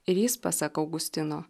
ir jis pasak augustino